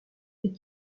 est